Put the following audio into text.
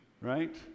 right